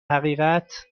حقیقت